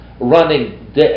running